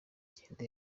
cyenda